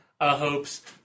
hopes